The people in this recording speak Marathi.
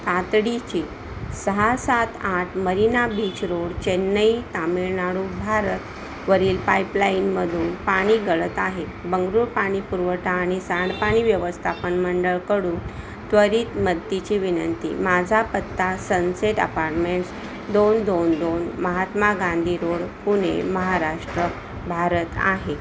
तातडीचे सहा सात आठ Marina Beach Road Chennai Tamil Nadu भारतवरील पाइपलाइनमधून पाणी गळत आहे बंगळूर पाणीपुरवठा आणि सांडपाणी व्यवस्थापन मंडळाकडून त्वरित मदतीची विनंती माझा पत्ता सनसेट अपारमेंट्स दोन दोन दोन महात्मा गांधी रोड पुणे महाराष्ट्र भारत आहे